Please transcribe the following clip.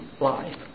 life